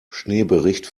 schneebericht